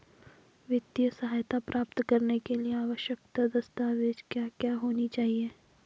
वित्तीय सहायता प्राप्त करने के लिए आवश्यक दस्तावेज क्या क्या होनी चाहिए?